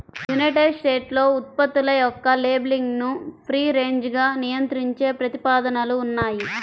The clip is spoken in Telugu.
యునైటెడ్ స్టేట్స్లో ఉత్పత్తుల యొక్క లేబులింగ్ను ఫ్రీ రేంజ్గా నియంత్రించే ప్రతిపాదనలు ఉన్నాయి